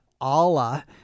Allah